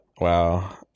wow